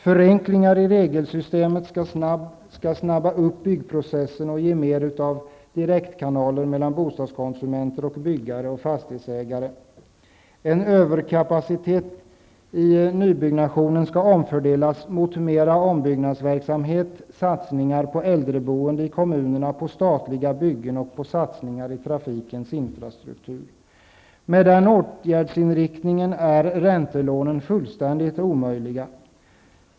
Förenklingar i regelsystemet skall snabba upp byggprocessen och ge mer av direktkanaler mellan bostadskonsumenter, byggare och fastighetsägare. En överkapacitet i nybyggnationen skall omfördelas mot mer av ombyggnadsverksamhet, satsningar på äldreboende i kommunerna, på statliga byggen och satsningar i trafikens infrastruktur. Med den åtgärdsinriktningen är räntelånen fullständigt omöjliga.